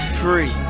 free